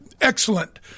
excellent